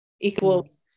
equals